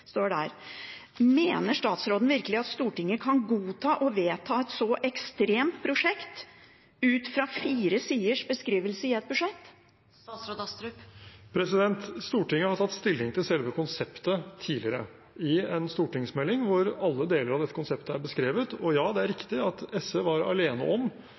Mener statsråden virkelig at Stortinget kan godta og vedta et så ekstremt prosjekt ut fra fire siders beskrivelse i et budsjett? Stortinget har tatt stilling til selve konseptet tidligere, i forbindelse med en stortingsmelding hvor alle deler av dette konseptet er beskrevet. Og ja, det er riktig at SV var alene om